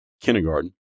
kindergarten